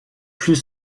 plus